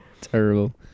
Terrible